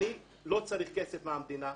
אני לא צריך כסף מהמדינה.